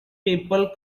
people